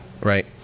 Right